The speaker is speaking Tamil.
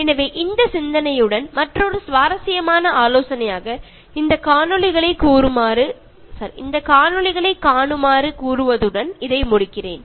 எனவே இந்த சிந்தனையுடன் மற்றொரு சுவாரசியமான ஆலோசனையாக இந்தக் காணொளிகளை காணுமாறு கூறுவதுடன் இதை முடிக்கிறேன்